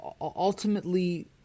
ultimately